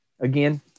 Again